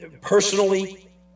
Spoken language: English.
Personally